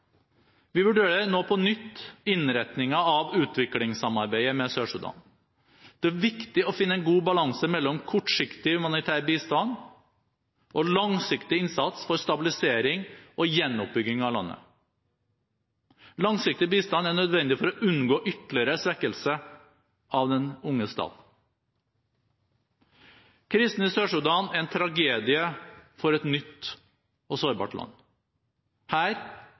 Vi vurderer nå på nytt innretningen av utviklingssamarbeidet med Sør-Sudan. Det er viktig å finne en god balanse mellom kortsiktig humanitær bistand og langsiktig innsats for stabilisering og gjenoppbygging av landet. Langsiktig bistand er nødvendig for å unngå ytterligere svekkelse av den unge staten. Krisen i Sør-Sudan er en tragedie for et nytt og sårbart land. Her